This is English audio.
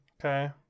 Okay